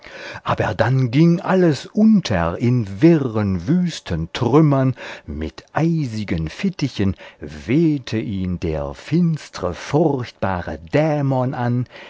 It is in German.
aber dann ging alles unter in wirren wüsten trümmern mit eisigen fittichen wehte ihn der finstre furchtbare dämon an